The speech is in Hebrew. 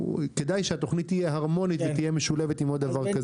כדאי שהתוכנית תהיה הרמונית ותשתלב עם עוד דבר כזה.